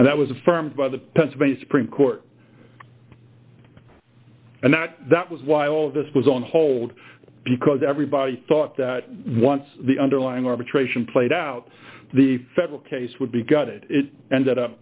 and that was affirmed by the pennsylvania supreme court and that that was why all of this was on hold because everybody thought that once the underlying arbitration played out the federal case would be gutted it ended up